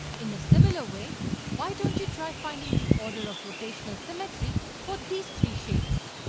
in a similar way why don't you try finding the order of rotational symmetry, for these three shapes?